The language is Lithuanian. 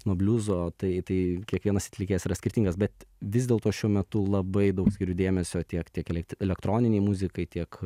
nuo bliuzo tai tai kiekvienas atlikėjas yra skirtingas bet vis dėlto šiuo metu labai daug skiriu dėmesio tiek tiek elekt elektroninei muzikai tiek